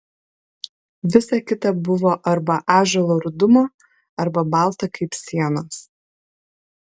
visa kita buvo arba ąžuolo rudumo arba balta kaip sienos